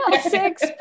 six